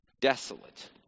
desolate